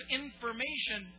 information